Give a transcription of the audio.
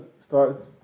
starts